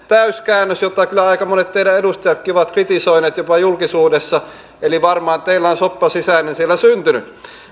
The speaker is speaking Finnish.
täyskäännös jota kyllä aika monet teidän edustajatkin ovat kritisoineet jopa julkisuudessa eli varmaan teillä on soppa sisäinen siellä syntynyt